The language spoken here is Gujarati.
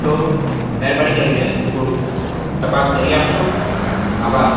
તો મહેરબાની કરીને થોડું તપાસ કરી આપશો આભાર